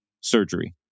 surgery